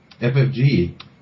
FFG